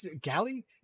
Galley